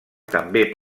també